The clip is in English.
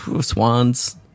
swan's